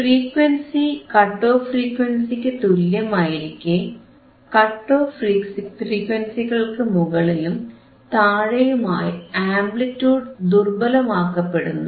frequency cut off ഫ്രീക്വൻസിക്കു തുല്യമായിരിക്കെ cut off ഫ്രീക്വൻസികൾക്കു മുകളിലും താഴെയുമായി ആംപ്ലിറ്റിയൂഡ് ദുർബലമാക്കപ്പെടുന്നു